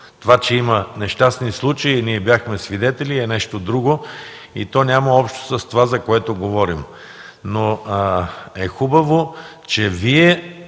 Това, че има нещастни случаи – ние бяхме свидетели, е нещо друго и няма общо с това, за което говорим. Хубаво е, че Вие